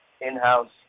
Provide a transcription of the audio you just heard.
in-house